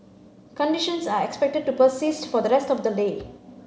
conditions are expected to persist for the rest of the day